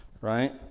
Right